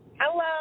Hello